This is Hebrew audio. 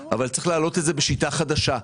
אבל צריך להעלות את זה בשיטה חדשה,